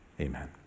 Amen